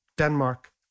Denmark